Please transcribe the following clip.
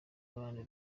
abantu